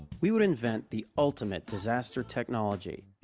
we would invent the ultimate disaster technology,